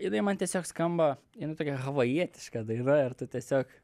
jinai man tiesiog skamba jinai tokia havajietiška daina ir tu tiesiog